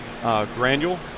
granule